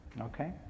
Okay